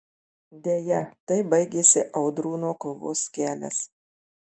deja taip baigėsi audrūno kovos kelias